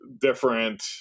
different